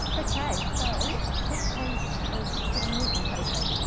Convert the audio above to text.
okay, so this piece is getting near completion,